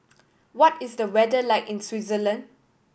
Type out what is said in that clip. what is the weather like in Switzerland